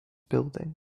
building